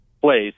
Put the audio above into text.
place